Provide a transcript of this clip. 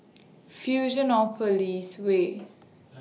Fusionopolis Way